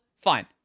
Fine